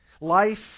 Life